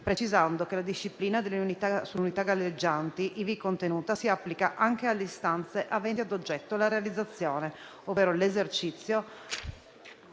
precisando che la disciplina sulle unità galleggianti ivi contenuta si applica anche alle istanze aventi ad oggetto la realizzazione ovvero l'esercizio,